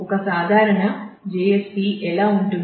ఒక సాధారణ JSP ఎలా ఉంటుంది